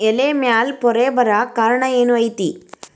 ಎಲೆ ಮ್ಯಾಲ್ ಪೊರೆ ಬರಾಕ್ ಕಾರಣ ಏನು ಐತಿ?